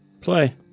play